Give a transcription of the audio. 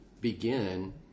begin